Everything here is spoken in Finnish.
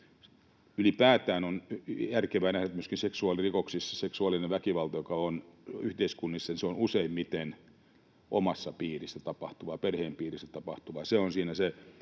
Ylipäätään on järkevää nähdä, että myöskin seksuaalirikoksissa seksuaalinen väkivalta, joka on yhteiskunnissa, on useimmiten omassa piirissä tapahtuvaa, perheen piirissä tapahtuvaa.